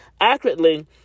accurately